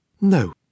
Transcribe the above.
No